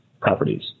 properties